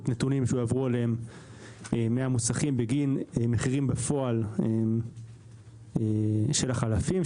נתונים שיועברו אליהם מהמוסכים בגין מחירים בפועל של החלפים,